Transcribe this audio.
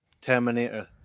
Terminator